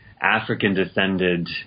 African-descended